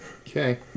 Okay